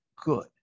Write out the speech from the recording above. good